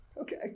okay